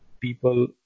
people